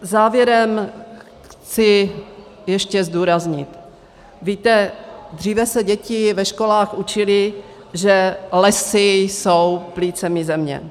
Závěrem chci ještě zdůraznit víte, dříve se děti ve školách učily, že lesy jsou plícemi Země.